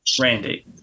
Randy